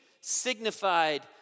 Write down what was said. signified